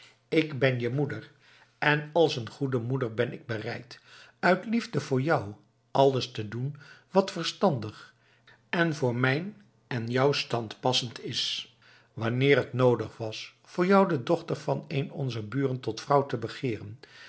ik ben je moeder en als een goede moeder ben ik bereid uit liefde voor jou alles te doen wat verstandig en voor mijn en jouw stand passend is wanneer het noodig was voor jou de dochter van een onzer buren tot vrouw te begeeren